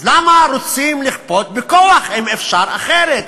אז למה רוצים לכפות בכוח אם אפשר אחרת,